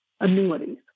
annuities